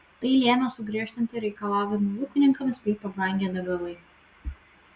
tai lėmė sugriežtinti reikalavimai ūkininkams bei pabrangę degalai